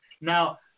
Now